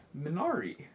Minari